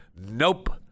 Nope